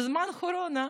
בזמן הקורונה,